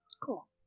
Cool